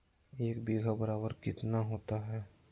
एक बीघा बराबर कितना होता है?